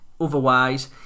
otherwise